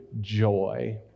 joy